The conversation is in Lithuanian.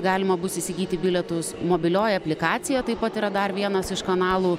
galima bus įsigyti bilietus mobilioji aplikacija taip pat yra dar vienas iš kanalų